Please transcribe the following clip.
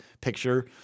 picture